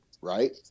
right